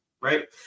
right